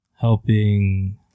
helping